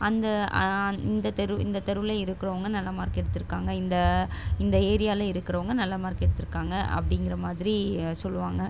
அந்த இந்த தெரு இந்த தெருவில் இருக்கிறவுங்க நல்ல மார்க் எடுத்துருக்காங்க இந்த இந்த ஏரியாவில் இருக்கிறவுங்க நல்ல மார்க் எடுத்துருக்காங்க அப்படிங்கற மாதிரி சொல்லுவாங்க